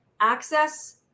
access